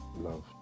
love